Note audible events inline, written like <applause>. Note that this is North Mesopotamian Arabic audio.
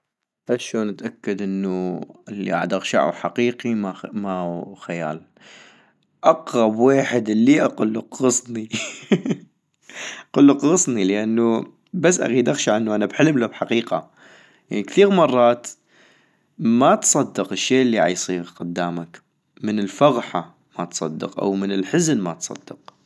اشون اتاكد الي عدغشعو حقيقي ما خيال - اقغب ويحد الي اقلو اقغصني <laughs> اقلو اقغصني لانو بس اغيد اغشع انو انا بحلم لو بحقيقة ، لان كثيغ مرات ما تصدق الشي الي عيصيغ قدامك، من الفغحة ما تصدق او من الحزن ماتصدق